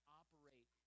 operate